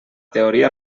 teoria